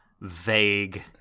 vague